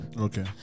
Okay